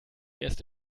erst